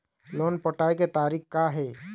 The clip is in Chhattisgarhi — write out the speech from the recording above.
लोन पटाए के तारीख़ का हे?